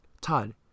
Todd